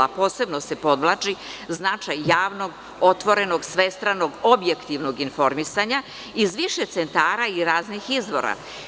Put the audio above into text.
Posebno se podvlači značaj javnog, otvorenog, svestranog, objektivnog informisanja iz više centara i raznih izvora.